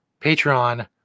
Patreon